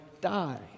die